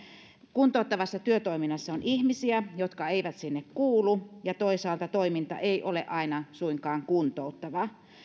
kuntouttavassa työtoiminnassa on ihmisiä jotka eivät sinne kuulu ja toisaalta toiminta ei ole aina suinkaan kuntouttavaa